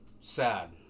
sad